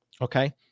Okay